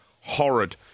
Horrid